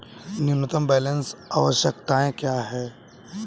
न्यूनतम बैलेंस आवश्यकताएं क्या हैं?